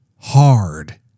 hard